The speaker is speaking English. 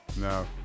No